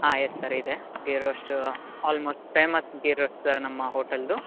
ಹಾಂ yes sir ಇದೆ ghee roast almost famous ghee roast sir ನಮ್ಮ ಹೋಟೆಲ್ದು